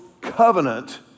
covenant